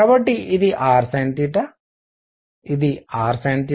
కాబట్టి ఇది rsin ఇది rsin